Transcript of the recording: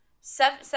seven